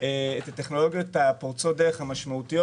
את הטכנולוגיות פורצות הדרך המשמעותיות